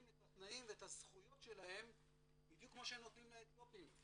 את התנאים ואת הזכויות שלהם בדיוק כמו שנותנים לאתיופים,